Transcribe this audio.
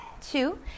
two